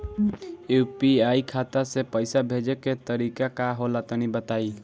UPI खाता से पइसा भेजे के तरीका का होला तनि बताईं?